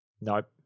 Nope